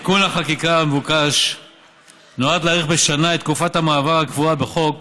תיקון החקיקה המבוקש נועד להאריך בשנה את תקופת המעבר הקבועה בחוק